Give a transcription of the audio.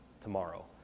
tomorrow